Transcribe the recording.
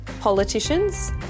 Politicians